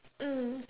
mm